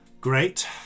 great